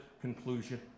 conclusion